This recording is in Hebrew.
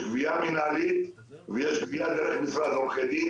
יש גבייה מינהלית ויש גבייה דרך משרד עורכי דין